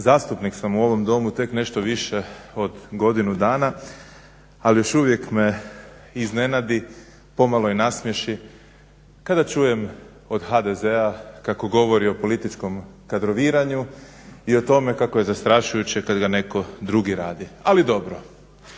Zastupnik sam u ovom Domu tek nešto više od godinu dana, ali još uvijek me iznenadi, pomalo i nasmiješi kada čujem od HDZ-a kako govori o političkom o kadroviranju i o tome kako je zastrašujuće kad ga netko drugi radi. Ali dobro.